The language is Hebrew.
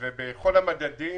ובכל המדדים